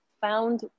found